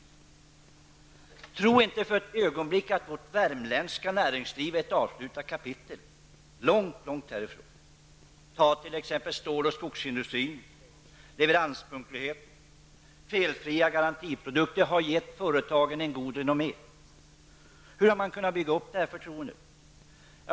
Tro inte för ett ögonblick att vårt värmländska näringsliv är ett avslutat kapitel, långt därifrån. Man kan ta stål och skogsindustrin som exempel. Leveranspunktlighet och felfria garantiprodukter har gett företagen ett gott renommé. Hur har man kunnat bygga upp detta förtroende?